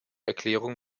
erklärung